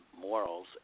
morals